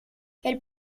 elle